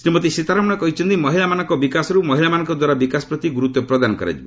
ଶ୍ରୀମତୀ ସୀତାରମଣ କହିଛନ୍ତି ମହିଳାମାନଙ୍କ ବିକାଶରୁ ମହିଳାମାନଙ୍କଦ୍ୱାରା ବିକାଶ ପ୍ରତି ଗୁରୁତ୍ୱ ପ୍ରଦାନ କରାଯିବ